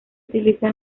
utiliza